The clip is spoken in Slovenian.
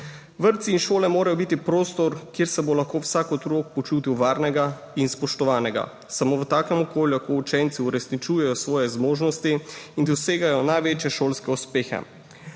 Vrtci in šole morajo biti prostor, kjer se bo lahko vsak otrok počutil varnega in spoštovanega. Samo v takem okolju lahko učenci uresničujejo svoje zmožnosti in dosegajo največje šolske uspehe.